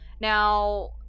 Now